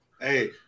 Hey